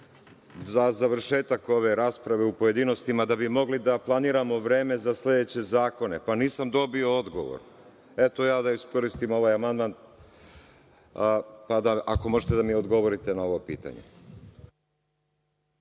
za završetak ove rasprave u pojedinostima da bi mogli da planiramo vreme za sledeće zakone, pa nisam dobio odgovor? Eto, ja da iskoristim ovaj amandman, pa da ako mi možete odgovorite na ovo pitanje.